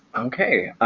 okay,